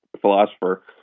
philosopher